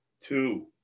two